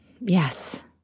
Yes